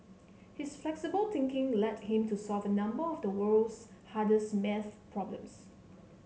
his flexible thinking led him to solve a number of the world's hardest math problems